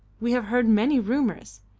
we have heard many rumours.